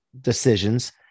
decisions